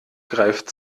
greift